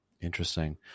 Interesting